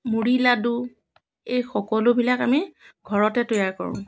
মুড়ি লাড়ু এই সকলোবিলাক আমি ঘৰতে তৈয়াৰ কৰোঁ